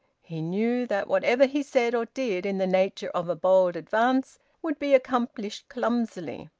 he knew that whatever he said or did in the nature of a bold advance would be accomplished clumsily.